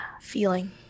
feeling